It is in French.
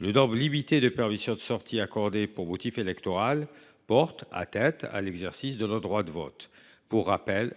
Le nombre limité de permissions de sortir accordées pour motif électoral porte ainsi gravement atteinte à l’exercice de leur droit de vote. Pour rappel,